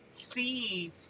see